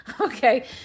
Okay